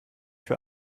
für